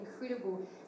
incredible